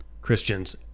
Christians